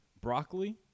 broccoli